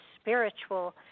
spiritual